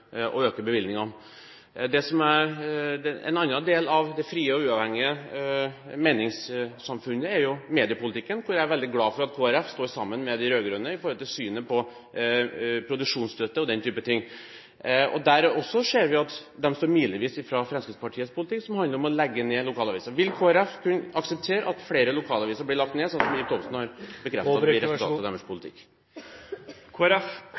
å øke bevilgningene. En annen del av det frie og uavhengige meningssamfunnet er mediepolitikken. Jeg er veldig glad for at Kristelig Folkeparti står sammen med de rød-grønne i synet på produksjonsstøtte osv. Også her ser vi at de står milevis fra Fremskrittspartiets politikk, som handler om å legge ned lokalaviser. Vil Kristelig Folkeparti kunne akseptere at flere lokalaviser blir lagt ned, som Ib Thomsen har bekreftet vil bli resultatet av deres